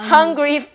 Hungry